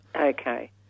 Okay